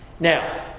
Now